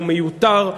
הוא מיותר,